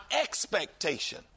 expectation